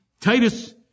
Titus